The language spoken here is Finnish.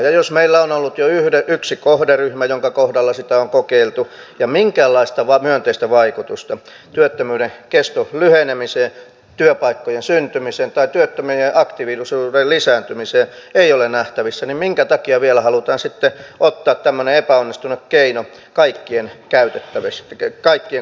ja jos meillä on ollut jo yksi kohderyhmä jonka kohdalla sitä on kokeiltu ja minkäänlaista myönteistä vaikutusta työttömyyden keston lyhenemiseen työpaikkojen syntymiseen tai työttömien aktiivisuuden lisääntymiseen ei ole nähtävissä niin minkä takia vielä halutaan sitten ottaa tämmöinen epäonnistunut keino kaikkien kohdalla käyttöön